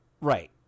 right